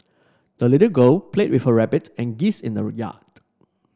the little girl played with her rabbit and geese in the yard